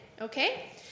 okay